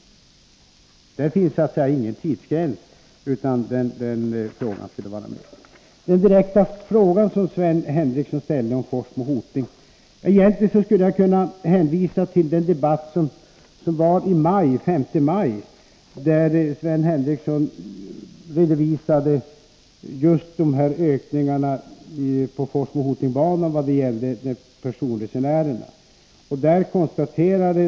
Där finns ingen tidsgräns. Sven Henricsson ställde en direkt fråga om Hoting-Forsmo. Egentligen skulle jag kunna hänvisa till debatten den 5 maj, där Sven Henricsson redovisade ökningen av persontrafiken på Hoting-Forsmo-banan.